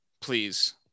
Please